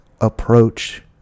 approach